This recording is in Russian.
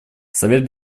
совет